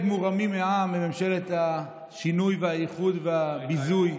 מורמים מעם מממשלת השינוי והאיחוד והביזוי.